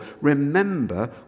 remember